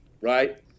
right